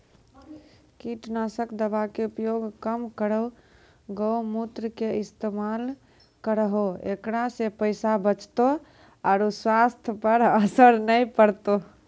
कीटनासक दवा के उपयोग कम करौं गौमूत्र के इस्तेमाल करहो ऐकरा से पैसा बचतौ आरु स्वाथ्य पर असर नैय परतौ?